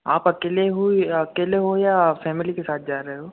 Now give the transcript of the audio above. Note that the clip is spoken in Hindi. आप अकेले हो या अकेले हो या फैमिली के साथ जा रहे हो